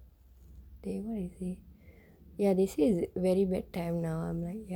eh what he say ya they say is very bad time now I'm like